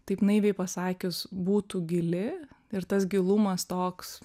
taip naiviai pasakius būtų gili ir tas gilumas toks